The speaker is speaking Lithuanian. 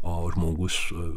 o žmogus